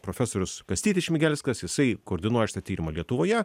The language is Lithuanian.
profesorius kastytis šmigelskas jisai koordinuoja šitą tyrimą lietuvoje